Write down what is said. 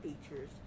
features